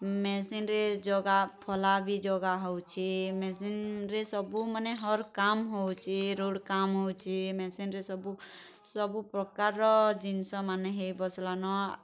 ମେସିନ୍ରେ ଜଗା ଫଲା ଭି ଜଗା ହଉଛେ ମେସିନ୍ରେ ସବୁ ମାନେ ହର୍ କାମ୍ ହଉଛେ ରୋଡ଼୍ କାମ୍ ହଉଛେ ମେସିନ୍ରେ ସବୁ ସବୁ ପ୍ରକାର୍ର ଜିନିଷମାନେ ହେଇ ବସ୍ଲାନ